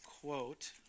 quote